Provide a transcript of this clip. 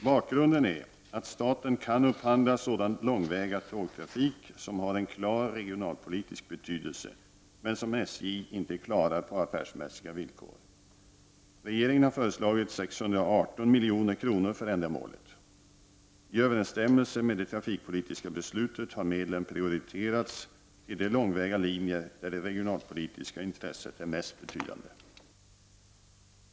Bakgrunden är att staten kan upphandla sådan långväga tågtrafik som har en klar regionalpolitisk betydelse men som SJ inte klarar på affärsmässiga villkor. Regeringen har föreslagit 618 milj.kr. för ändamålet. I överensstämmelse med det trafikpolitiska beslutet har medlen prioriterats till de långväga linjer där det regionalpolitiska intresset är mest betydande.